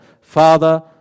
father